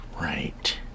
Right